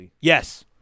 yes